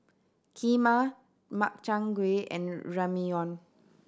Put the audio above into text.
Kheema Makchang Gui and Ramyeon